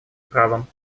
правом